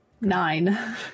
Nine